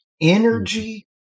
Energy